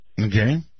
okay